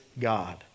God